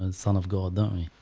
and son of god don't mean